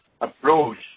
approach